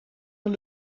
een